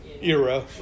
era